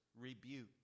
rebuke